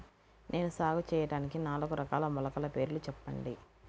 నేను సాగు చేయటానికి నాలుగు రకాల మొలకల పేర్లు చెప్పండి?